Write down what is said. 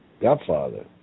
Godfather